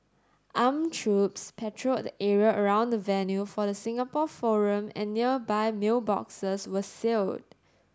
armed troops patrolled the area around the venue for the Singapore forum and nearby mailboxes were sealed